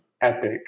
epic